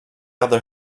other